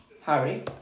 Harry